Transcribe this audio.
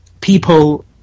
people